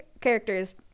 characters